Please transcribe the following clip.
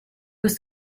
was